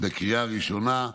בקריאה הראשונה,